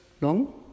long